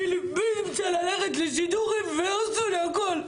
אני רוצה ללכת לשידוכים והרסו לי הכול,